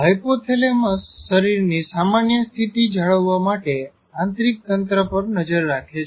હયપો thalamus શરીરની સામાન્ય સ્થિતિ જાળવવા માટે આંતરીક તંત્ર પર નજર રાખે છે